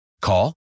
Call